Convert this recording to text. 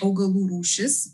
augalų rūšys